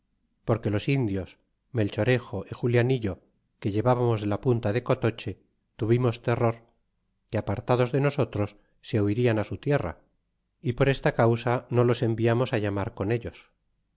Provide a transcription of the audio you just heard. porque los indios melchorejo y juliani no que llevamos de la punta de cotoche tuvimos terror que apartados de nosotros se huirian a su tierra y por esta causa no los enviamos llamar con ellos